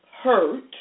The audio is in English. hurt